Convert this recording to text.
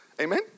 Amen